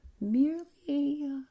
merely